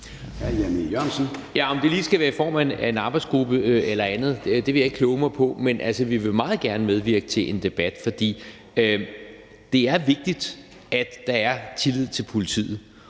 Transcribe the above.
(V): Om det lige skal være i form af en arbejdsgruppe eller andet, vil jeg ikke kloge mig på, men vi vil meget gerne medvirke til en debat, for det er vigtigt, at der er tillid til politiet,